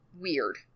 weird